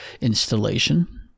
installation